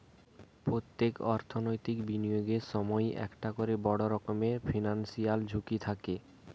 পোত্তেক অর্থনৈতিক বিনিয়োগের সময়ই একটা কোরে বড় রকমের ফিনান্সিয়াল ঝুঁকি থাকে